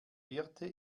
birte